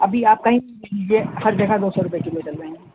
ابھی آپ کہیں بھی ہر جگہ دو سو روپئے کلو چل رہے ہیں